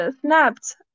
snapped